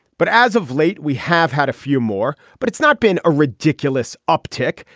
but as of late we have had a few more but it's not been a ridiculous uptick.